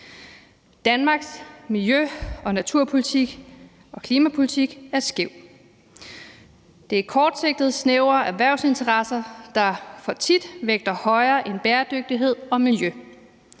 Danmarks miljø-, natur- og klimapolitik er skæv. Det er kortsigtede snævre erhvervsinteresser, der for tit vægter højere end bæredygtighed og miljø.